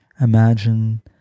Imagine